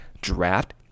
draft